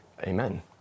amen